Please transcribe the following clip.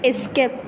skip